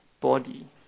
body